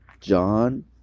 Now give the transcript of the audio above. John